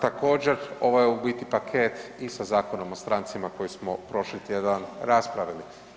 Također ovo je u biti paket i sa Zakonom o strancima koji smo prošli tjedan raspravili.